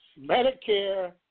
Medicare